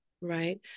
Right